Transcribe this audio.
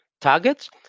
targets